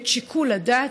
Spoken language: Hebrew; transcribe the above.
את שיקול הדעת,